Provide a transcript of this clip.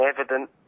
evident